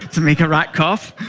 to make a rat cough?